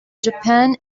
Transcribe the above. japan